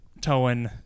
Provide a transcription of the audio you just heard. towing